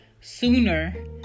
sooner